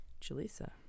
Jalisa